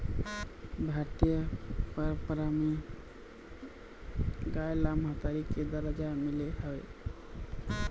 भारतीय पंरपरा म गाय ल महतारी के दरजा मिले हवय